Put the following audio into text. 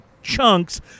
chunks